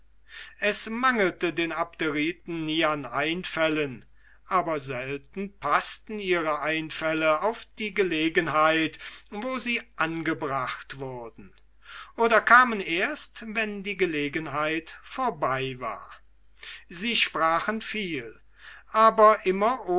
es mangelte den abderiten nie an einfällen aber selten paßten ihre einfälle auf die gelegenheit wo sie angebracht wurden oder kamen erst wenn die gelegenheit vorbei war sie sprachen viel aber immer